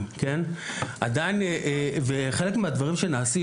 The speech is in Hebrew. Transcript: חלק מהדברים שנעשים,